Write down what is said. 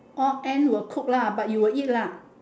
all end will cook lah but you will eat lah